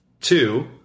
Two